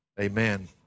amen